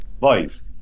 voice